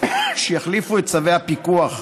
שיחליפו את צווי הפיקוח,